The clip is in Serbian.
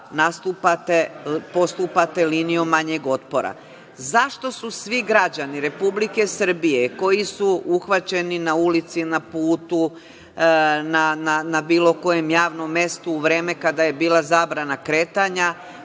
postupate linijom manjeg otpora. Zašto su svi građani Republike Srbije koji su uhvaćeni na ulici, na putu, na bilo kom javnom mestu u vreme kada je bila zabrana kretanja